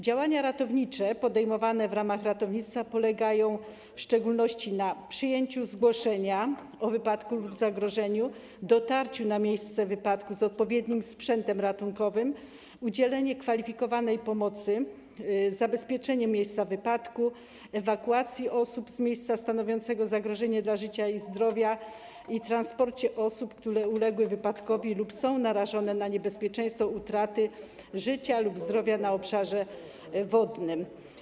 Działania ratownicze podejmowane w ramach ratownictwa polegają w szczególności na przyjęciu zgłoszenia o wypadku lub zagrożeniu, dotarciu na miejsce wypadku z odpowiednim sprzętem ratunkowym, udzieleniu kwalifikowanej pomocy, zabezpieczeniu miejsca wypadku, ewakuacji osób z miejsca stanowiącego zagrożenie dla życia i zdrowia i transporcie osób, które uległy wypadkowi lub są narażone na niebezpieczeństwo utraty życia lub zdrowia na obszarze wodnym.